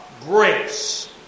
grace